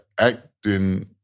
acting